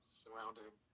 surrounding